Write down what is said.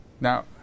now